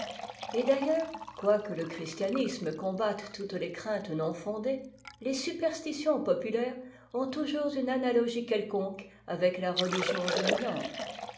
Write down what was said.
et d'aiiieurs quoique le christianisme combatte toutes tes craintes non fondées les superstitions populaire's ont toujours une analogie quelconque avec la religion dominante